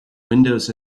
windows